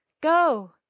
Go